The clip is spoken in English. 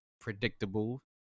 predictable